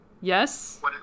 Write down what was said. Yes